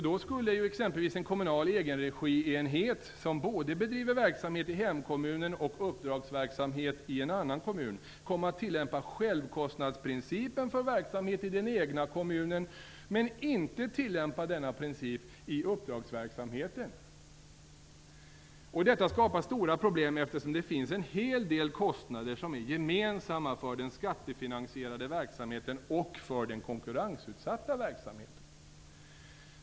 Då skulle exempelvis en kommunal egenregienhet som både bedriver verksamhet i hemkommunen och uppdragsverksamhet i en annan kommun komma att tillämpa självkostnadsprincipen för verksamhet i den egna kommunen men inte tillämpa denna princip i uppdragsverksamheten. Detta skapar stora problem eftersom det finns en hel del kostnader som är gemensamma för den skattefinansierade verksamheten och för den konkurrensutsatta verksamheten.